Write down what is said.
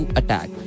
attack